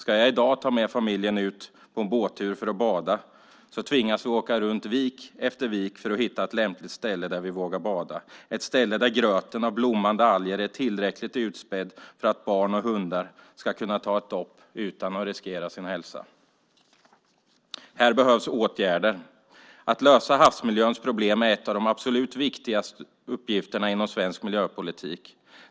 Om jag i dag ska ta med familjen ut på en båttur för att bada tvingas vi åka runt vik efter vik för att hitta ett lämpligt ställe där vi vågar bada, ett ställe där gröten av blommande alger är tillräckligt utspädd för att barn och hundar ska kunna ta ett dopp utan att riskera sin hälsa. Här behövs åtgärder. Att lösa havsmiljöns problem är en av de absolut viktigaste uppgifterna inom svensk miljöpolitik.